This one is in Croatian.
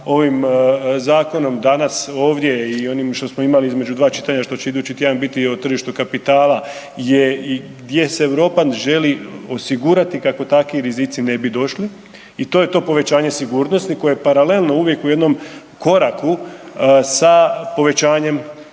ovim zakonom danas ovdje i onim što smo imali između dva čitanja, što će idući tjedan biti o tržištu kapitala je gdje se Europa želi osigurati kako takvi rizici ne bi došli. I to je to povećanje sigurnosti koje je paralelno uvijek u jednom koraku sa povećanjem mogućnosti